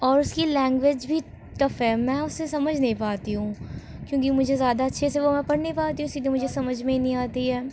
اور اس کی لینگویج بھی ٹف ہے میں اسے سمجھ نہیں پاتی ہوں کیونکہ مجھے زیادہ اچھے سے وہ پڑھ نہیں پاتی ہوں اسلئے مجھے سمجھ میں ہی نہیں آتی ہے